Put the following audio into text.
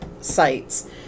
sites